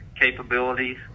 capabilities